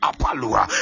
Apalua